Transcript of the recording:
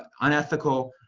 unethical,